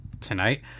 tonight